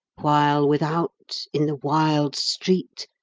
while without, in the wild street,